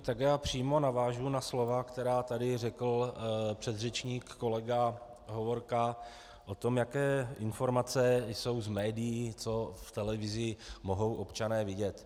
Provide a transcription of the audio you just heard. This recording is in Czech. Tak já přímo navážu na slova, která tady řekl předřečník kolega Hovorka o tom, jaké informace jsou z médií, co v televizi mohou občané vidět.